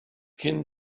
cyn